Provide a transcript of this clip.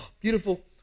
beautiful